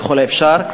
ככל האפשר,